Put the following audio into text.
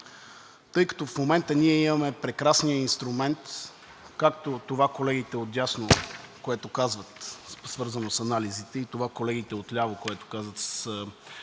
тъй като в момента ние имаме прекрасния инструмент, както това, колегите отдясно което казват, свързано с анализите, и това, колегите отляво, което казват,